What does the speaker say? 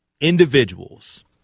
individuals